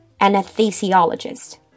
anesthesiologist